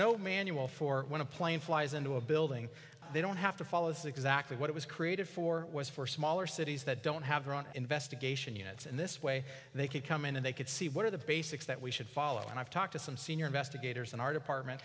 no manual for when a plane flies into a building they don't have to follow is exactly what it was created for was for smaller cities that don't have drawn investigation units in this way they could come in and they could see what are the basics that we should follow and i've talked to some senior gaiters an art apartment